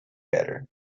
better